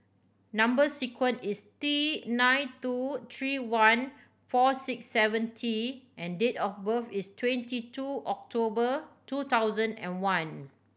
number sequence is T nine two three one four six seven T and date of birth is twenty two October two thousand and one